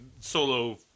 solo